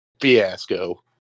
fiasco